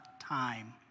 time